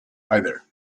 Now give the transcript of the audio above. either